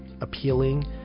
appealing